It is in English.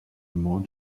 more